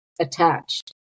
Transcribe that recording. attached